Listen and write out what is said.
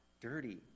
dirty